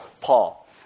Paul